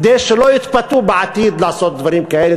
כדי שלא יתפתו בעתיד לעשות דברים כאלה.